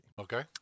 Okay